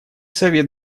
совет